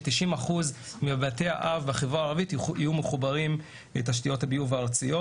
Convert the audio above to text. ש-90% מבתי האב בחברה הערבית יהיו מחוברים לתשתיות הביוב הארציות.